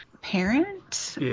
parent